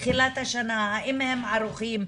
בתחילת השנה האם הם ערוכים.